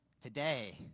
today